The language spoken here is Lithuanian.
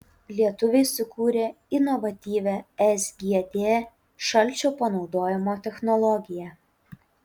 lietuviai sukūrė inovatyvią sgd šalčio panaudojimo technologiją